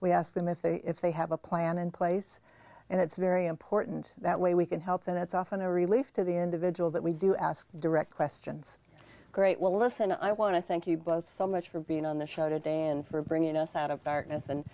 we ask them if they if they have a plan in place and it's very important that way we can help that's often a relief to the individual that we do ask direct questions great well listen i want to thank you both so much for being on the show today and for bringing us out of